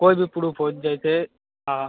कोई भी प्रूफ हो जैसे